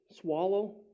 swallow